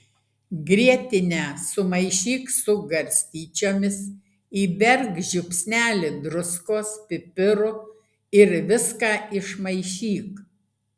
grietinę sumaišyk su garstyčiomis įberk žiupsnelį druskos pipirų ir viską išmaišyk